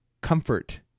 comfort